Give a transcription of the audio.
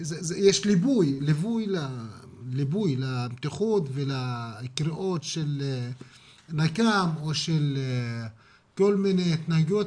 יש ליבוי למתיחות ולקריאות של נקם או של כל מיני התנהגויות,